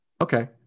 Okay